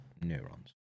neurons